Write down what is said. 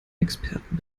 experten